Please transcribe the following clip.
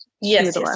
Yes